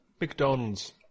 McDonald's